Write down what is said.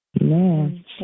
Amen